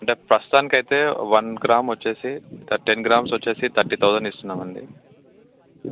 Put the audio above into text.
అంటే ప్రస్తుతానికి అయితే గ్రామ్ వచ్చి థర్టీన్ గ్రామ్స్ వచ్చి థర్టీ థౌసండ్ ఇస్తున్నాం అండి